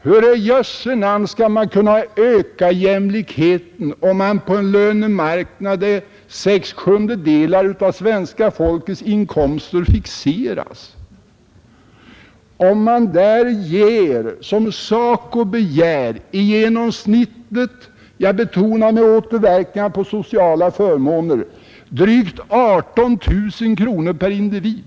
Hur i jösse namn skall man kunna öka jämlikheten om man på en lönemarknad, där sex sjundedelar av svenska folkets inkomster fixeras, skulle, såsom SACO begär, ge i genomsnitt — och med återverkningar på sociala förmåner — drygt 18 000 kronor per individ?